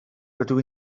rydw